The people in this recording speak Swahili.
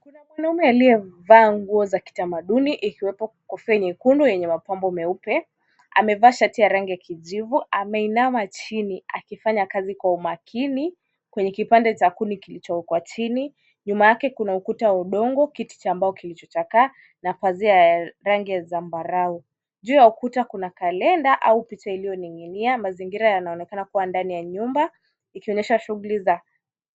Kuna mwanaume aliyevaa nguo za kitamaduni, ikiwepo kofia nyekundu yenye mapambo meupe. Amevaa shati ya rangi ya kijivu, ameinama chini akifanya kazi kwa umakini, kwenye kipande cha kuni kilichokuwa chini. Nyuma yake kuna ukuta wa udongo, kiti cha mbao kilichochakaa na pazia ya rangi ya zambarau. Juu ya ukuta kuna kalenda au picha iliyoning'inia, mazingira yanaonekana kuwa ndani ya nyumba ikionyesha shughuli za